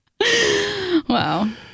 wow